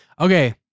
Okay